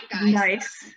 nice